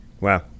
Wow